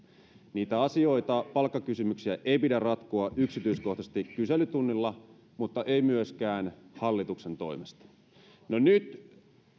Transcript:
niitä asioita kuten palkkakysymyksiä ei pidä ratkoa yksityiskohtaisesti kyselytunnilla mutta ei myöskään hallituksen toimesta no nyt